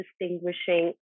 distinguishing